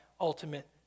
ultimate